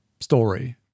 story